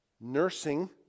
nursing